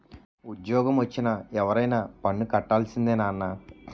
ఉజ్జోగమొచ్చిన ఎవరైనా పన్ను కట్టాల్సిందే నాన్నా